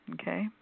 Okay